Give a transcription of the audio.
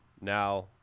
now